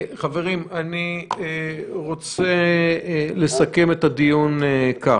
חברים, אני רוצה לסכם את הדיון כך: